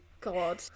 god